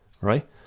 Right